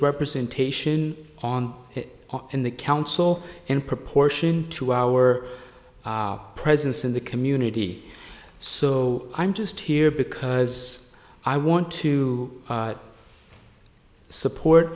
representation on it in the council in proportion to our presence in the community so i'm just here because i want to support